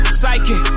psychic